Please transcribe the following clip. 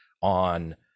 on